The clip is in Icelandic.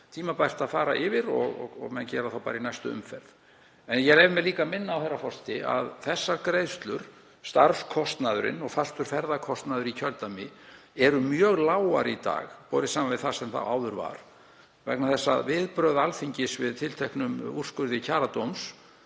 tímabært að fara yfir og menn gera það þá bara í næstu umferð. En ég leyfi mér líka að minna á, herra forseti, að þessar greiðslur, starfskostnaðurinn og fastur ferðakostnaður í kjördæmi, eru mjög lágar í dag, borið saman við það sem áður var, vegna þess að viðbrögð Alþingis við tilteknum úrskurði Kjaradóms